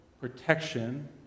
protection